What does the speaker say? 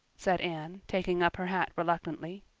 said anne, taking up her hat reluctantly.